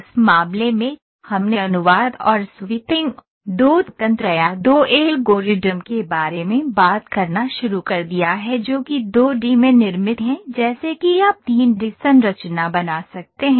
उस मामले में हमने अनुवाद और स्वीपिंग दो तंत्र या दो एल्गोरिदम के बारे में बात करना शुरू कर दिया है जो कि 2 डी में निर्मित हैं जैसे कि आप 3 डी संरचना बना सकते हैं